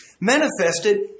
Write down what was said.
manifested